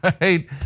right